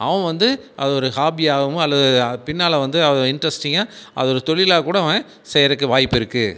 அவன் வந்து அத ஒரு ஹாப்பியாகவும் அல்லது பின்னால் வந்து இன்ட்ரெஸ்டிங்காக அதை தொழிலாக கூட அவன் செய்யறதுக்கு வாய்ப்பு இருக்கு